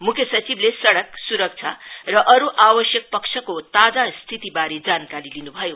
मुख्य सचिवले सड़क सुरक्षा र अरू आवश्यक पक्षको ताजा स्थितिबारे जानकारी लिनुभयो